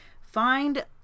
find